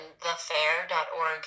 thefair.org